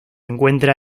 encuentra